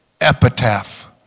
epitaph